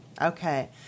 Okay